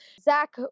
Zach